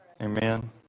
Amen